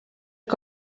que